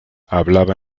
hablaba